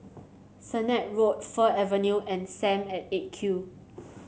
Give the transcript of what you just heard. Sennett Road Fir Avenue and Sam at Eight Q